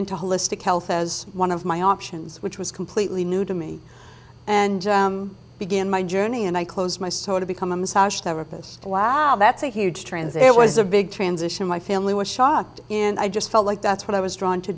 into holistic health as one of my options which was completely new to me and begin my journey and i closed my soul to become a massage therapist wow that's a huge transit was a big transition my family was shocked in i just felt like that's what i was drawn to